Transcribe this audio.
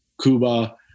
Cuba